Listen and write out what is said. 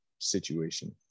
situation